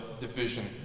division